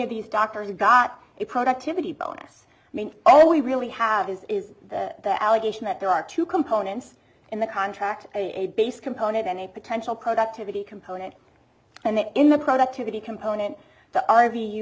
of these doctors got a productivity bonus i mean all we really have is is the allegation that there are two components in the contract a base component and a potential productivity component and then in the productivity component the r v you